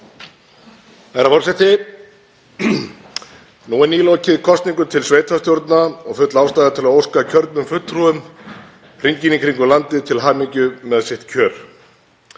Herra forseti. Nú er nýlokið kosningum til sveitarstjórna og full ástæða er til að óska kjörnum fulltrúum hringinn í kringum landið til hamingju með sitt kjör.